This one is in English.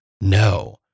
No